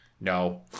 no